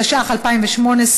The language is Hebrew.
התשע"ח 2018,